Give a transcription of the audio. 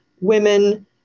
women